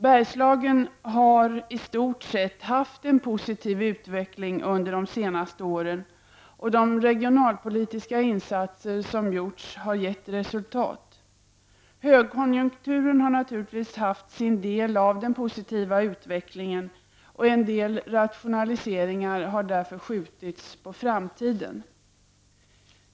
Bergslagen har i stort sett haft en positiv utveckling under de senaste åren, och de regionalpolitiska insatser som gjorts har gett resultat. Högkonjunkturen har naturligtvis haft sin del i den positiva utvecklingen, och en del rationaliseringar har därför skjutits på framtiden.